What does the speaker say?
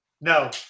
no